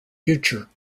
future